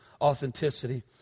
authenticity